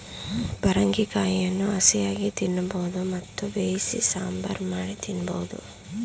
ಪರಂಗಿ ಕಾಯಿಯನ್ನು ಹಸಿಯಾಗಿ ತಿನ್ನಬೋದು ಮತ್ತು ಬೇಯಿಸಿ ಸಾಂಬಾರ್ ಮಾಡಿ ತಿನ್ನಬೋದು